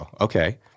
Okay